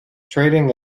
trading